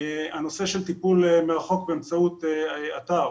הנושא של טיפול מרחוק באמצעות אתר,